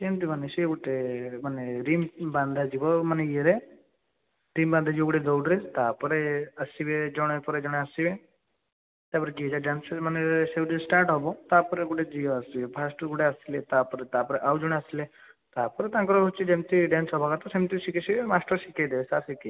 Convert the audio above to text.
ଯେମିତି ମାନେ ସିଏ ଗୋଟେ ମାନେ ରିଙ୍ଗ୍ ବାନ୍ଧା ଯିବ ମାନେ ଇଏରେ ରିଙ୍ଗ୍ ବନ୍ଧାଯିବ ଗୋଟେ ଦଉଡ଼ିରେ ତାପରେ ଆସିବେ ଜଣେ ପରେ ଜଣେ ଆସିବେ ତାପରେ ଯିଏ ଯାହା ଡ୍ୟାନ୍ସ ମାନେ ସେଇଠୁ ଷ୍ଟାର୍ଟ ହେବ ତାପରେ ଗୋଟେ ଝିଅ ଆସୁଛି ଫାର୍ଷ୍ଟ ରୁ ଗୋଟେ ଆସିଲେ ତାପରେ ତାପରେ ଆଉ ଜଣେ ଆସିଲେ ତାପରେ ତାଙ୍କର ହେଉଛି ଯେମିତି ଡ୍ୟାନ୍ସ ହେବା କଥା ସେମିତି ଶିଖି ଶିଖି ମାଷ୍ଟର୍ ଶିଖେଇ ଦେବେ ସାର୍ ଶିଖେଇ ଦିଅନ୍ତି